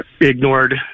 ignored